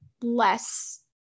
less